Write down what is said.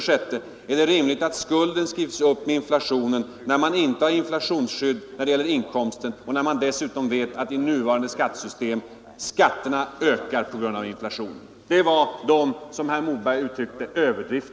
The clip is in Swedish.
6) Är det rimligt att skulden skrivs upp med inflationen, när man inte samtidigt har inflationsskydd när det gäller inkomsten och när man dessutom vet att i nuvarande skattesystem skatterna ökar på grund av inflationer? Detta var överdrifterna, som herr Moberg uttryckte det!